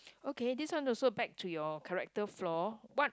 okay this one also back to your character flaw what